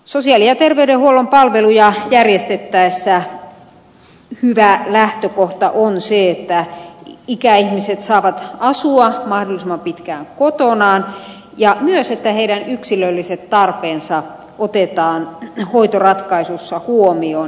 sosiaali ja terveydenhuollon palveluja järjestettäessä hyvä lähtökohta on se että ikäihmiset saavat asua mahdollisimman pitkään kotonaan ja myös se että heidän yksilölliset tarpeensa otetaan hoitoratkaisussa huomioon